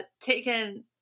taken –